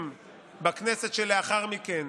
אם בכנסת שלאחר מכן,